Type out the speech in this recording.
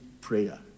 prayer